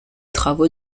travaux